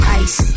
ice